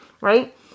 right